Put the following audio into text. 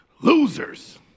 Losers